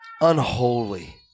unholy